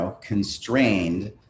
constrained